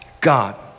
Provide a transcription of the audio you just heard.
God